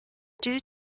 due